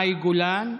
מאי גולן.